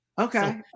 Okay